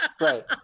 right